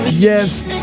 Yes